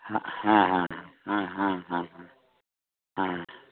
ᱦᱮᱸ ᱦᱮᱸ ᱦᱮᱸ ᱦᱮᱸ ᱦᱮᱸ ᱦᱮᱸ